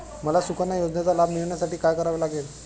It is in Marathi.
मला सुकन्या योजनेचा लाभ मिळवण्यासाठी काय करावे लागेल?